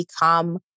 become